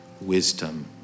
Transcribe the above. wisdom